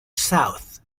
south